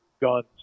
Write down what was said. guns